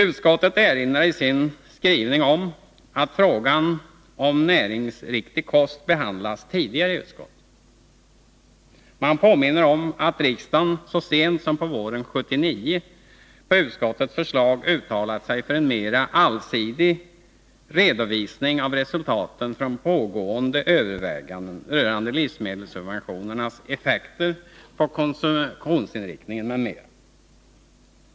Utskottet erinrar i sin skrivning om att frågan om näringsriktig kost behandlats tidigare i utskottet. Man påminner om att riksdagen så sent som på våren 1979 på utskottets förslag uttalade sig för en mera allsidig redovisning av resultaten av pågående överväganden rörande livsmedelssubventionernas effekter på konsumtionsinriktningen m.m.